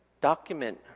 document